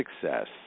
success